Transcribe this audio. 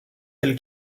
elle